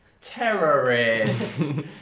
terrorists